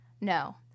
no